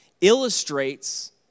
illustrates